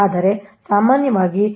ಆದರೆ ಸಾಮಾನ್ಯವಾಗಿ ಇದು 10